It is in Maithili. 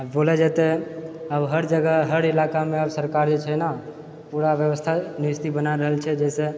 आब बोलऽ जाइ तऽ आब हर जगह हर इलाकामे आब सरकार जे छै ने पूरा व्यवस्था निस्तिर बना रहल छै जहिसँ